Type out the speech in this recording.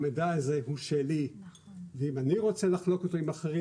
המידע הזה הוא שלי ואם אני רוצה לחלוק אותו עם אחרים